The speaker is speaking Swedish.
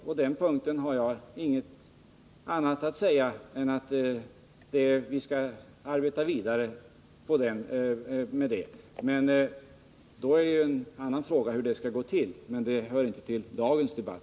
På den punkten har jag inget annat att säga än att vi skall arbeta vidare. En annan fråga är hur det skall gå till, men det hör inte riktigt till dagens debatt.